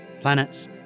Planets